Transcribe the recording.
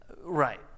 right